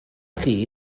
chi